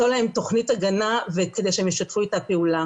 תוכנית הגנה כדי שהן ישתפו איתה פעולה.